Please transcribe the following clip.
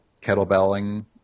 kettlebelling